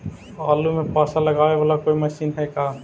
आलू मे पासा लगाबे बाला कोइ मशीन है का?